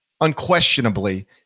unquestionably